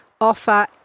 offer